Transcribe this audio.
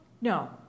No